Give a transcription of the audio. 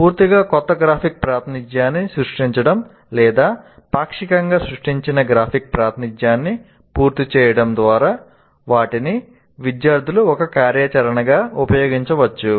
పూర్తిగా క్రొత్త గ్రాఫిక్ ప్రాతినిధ్యాన్ని సృష్టించడం లేదా పాక్షికంగా సృష్టించిన గ్రాఫిక్ ప్రాతినిధ్యాన్ని పూర్తి చేయడం ద్వారా వాటిని విద్యార్థులు ఒక కార్యాచరణగా ఉపయోగించవచ్చు